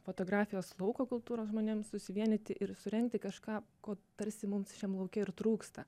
fotografijos lauko kultūros žmonėms susivienyti ir surengti kažką ko tarsi mums šiam lauke ir trūksta